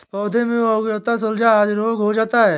पौधों में अंगैयता, झुलसा आदि रोग हो जाता है